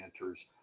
enters